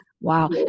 Wow